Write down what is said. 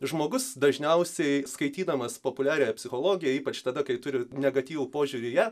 žmogus dažniausiai skaitydamas populiariąją psichologiją ypač tada kai turi negatyvų požiūrį į ją